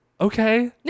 okay